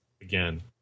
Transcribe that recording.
Again